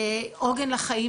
עוגן לחיים,